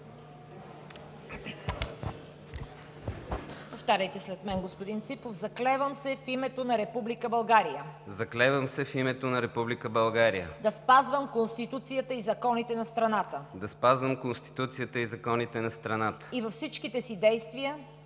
Повтаряйте след мен, господин Ципов. КРАСИМИР ГЕОРГИЕВ ЦИПОВ: „Заклевам се в името на Република България да спазвам Конституцията и законите на страната и във всичките си действия